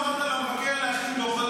למה לא אמרת למבקר להכין דוח,